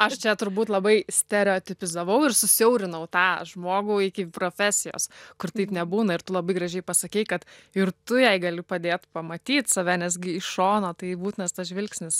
aš čia turbūt labai stereotipizavau ir susiaurinau tą žmogų iki profesijos kur taip nebūna ir tu labai gražiai pasakei kad ir tu jai gali padėt pamatyt save nesgi iš šono tai būtinas tas žvilgsnis